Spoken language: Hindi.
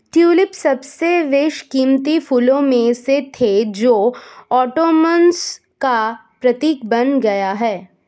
ट्यूलिप सबसे बेशकीमती फूलों में से थे जो ओटोमन्स का प्रतीक बन गए थे